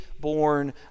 born